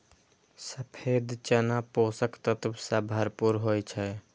सफेद चना पोषक तत्व सं भरपूर होइ छै